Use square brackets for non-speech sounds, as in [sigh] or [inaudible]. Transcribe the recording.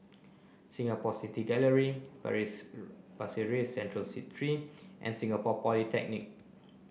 Singapore City Gallery [unintelligible] Pasir Ris Central Street Three and Singapore Polytechnic